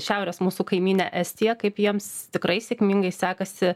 šiaurės mūsų kaimynę estiją kaip jiems tikrai sėkmingai sekasi